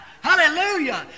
Hallelujah